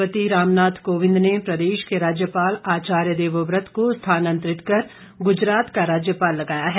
राष्ट्रपति रामनाथ कोविंद ने प्रदेश के राज्यपाल आचार्य देवव्रत को स्थानांतरित कर गुजरात का राज्यपाल लगाया है